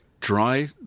Dry